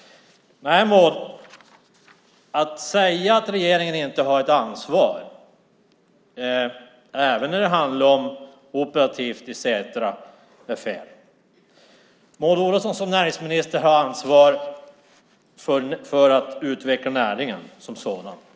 Nej, Maud, att säga att regeringen inte har ett ansvar även när det handlar om det operativa i Setra är fel. Maud Olofsson som näringsminister har ansvar för att utveckla näringen som sådan.